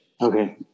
Okay